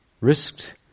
risked